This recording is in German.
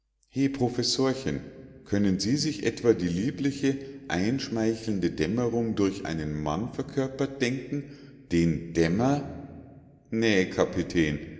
he professorchen können sie sich etwa die liebliche einschmeichelnde dämmerung durch einen mann verkörpert denken den dämmer ne kapitän